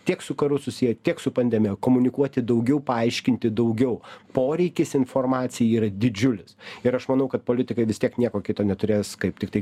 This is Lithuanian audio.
tiek su karu susiję tiek su pandemija komunikuoti daugiau paaiškinti daugiau poreikis informacijai yra didžiulis ir aš manau kad politikai vis tiek nieko kito neturės kaip tiktai